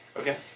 Okay